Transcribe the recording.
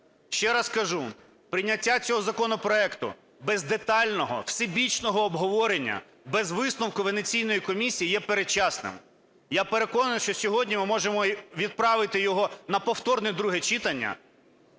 Ще раз кажу, прийняття цього законопроекту без детального, всебічного обговорення, без висновку Венеційської комісії є передчасним. Я переконаний, що сьогодні ми можемо відправити його на повторне друге читання,